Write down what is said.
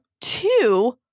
two